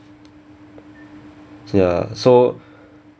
ya so